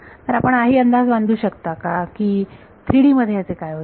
तर आपण काही अंदाज बांधू शकता का की 3D मध्ये याचे काय होईल